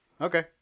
Okay